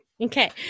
Okay